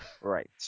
Right